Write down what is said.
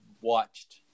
watched